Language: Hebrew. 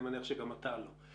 אני מניח שגם אתה לא.